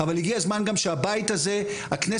המילה האחרונה תהיה שלכם כי בסוף אתם